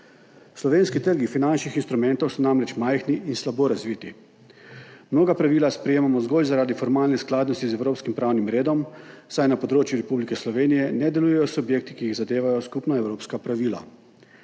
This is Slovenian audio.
Slovenski trgi finančnih instrumentov so namreč majhni in slabo razviti. Mnoga pravila sprejemamo zgolj zaradi formalne skladnosti z evropskim pravnim redom, saj na področju Republike Slovenije ne delujejo subjekti, ki jih zadevajo skupna evropska pravila.